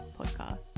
podcast